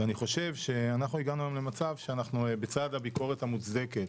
אני חושב שהגענו למצב שבצד הביקורת המוצדקת